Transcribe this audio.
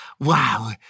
Wow